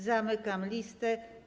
Zamykam listę.